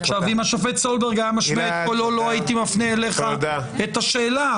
אם השופט סולברג היה משמיע את קולו לא הייתי מפנה אליך את השאלה,